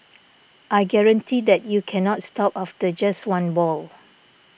I guarantee that you cannot stop after just one ball